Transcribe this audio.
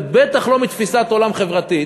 ובטח לא מתפיסת עולם חברתית,